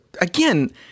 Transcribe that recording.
again